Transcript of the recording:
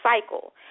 cycle